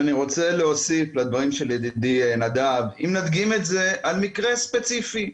אני רוצה להוסיף לדברים של ידידי נדב ולהדגים את זה על מקרה ספציפי.